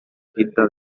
cinta